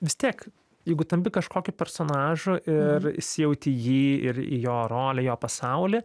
vis tiek jeigu tampi kažkokiu personažu ir įsijauti į jį ir į jo rolę jo pasaulį